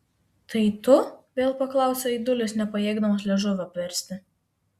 tai tu vėl paklausė aidulis nepajėgdamas liežuvio apversti